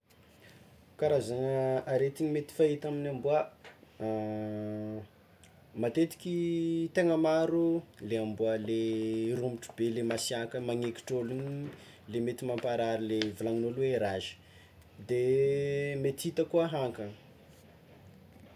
Karazagna aretigny mety fahita amin'ny amboà matetiky tegna maro le amboà le rombotro be le masiàka magnekitry ôlo igny le mety mamparary le volagnin'olo hoe rage de mety hita koa hankagna.